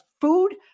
food